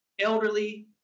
elderly